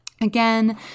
Again